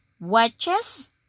watches